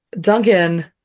Duncan